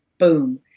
boom,